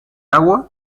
agua